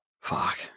Fuck